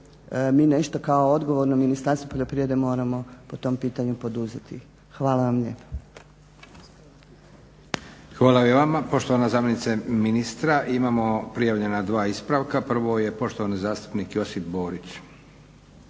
mi nešto kao odgovorno Ministarstvo poljoprivrede moramo po tom pitanju poduzeti. Hvala vam lijepo. **Leko, Josip (SDP)** Hvala i vama poštovana zamjenice ministra. Imamo prijavljena dva ispravka. Prvo je poštovani zastupnik Josip Borić.